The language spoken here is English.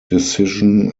decision